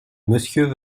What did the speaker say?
monsieur